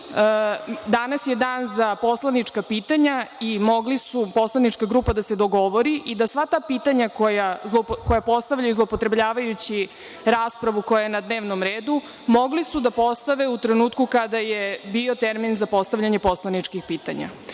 danas je dan za poslanička pitanja i mogli su, poslanička grupa, da se dogovore da sva ta pitanja koja postavljaju zloupotrebljavajući raspravu koja je na dnevnom redu, mogli su da postave u trenutku kada je bio termin za postavljanje političkih pitanja. Molila